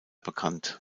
bekannt